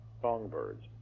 songbirds